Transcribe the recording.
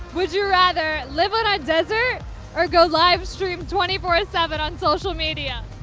would you rather live on a desert or go live stream twenty four ah seven on social media?